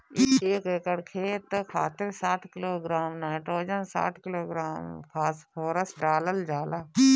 एक एकड़ खेत खातिर साठ किलोग्राम नाइट्रोजन साठ किलोग्राम फास्फोरस डालल जाला?